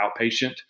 outpatient